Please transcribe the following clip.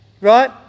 right